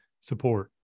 support